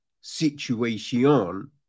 situation